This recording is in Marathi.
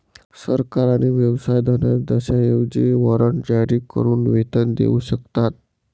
सरकार आणि व्यवसाय धनादेशांऐवजी वॉरंट जारी करून वेतन देऊ शकतात